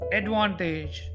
advantage